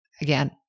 Again